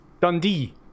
Dundee